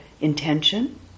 intention